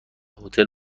هتل